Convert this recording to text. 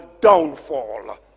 downfall